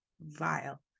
vile